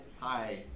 Hi